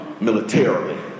militarily